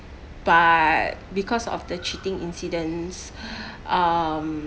but because of the cheating incident um